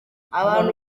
abantu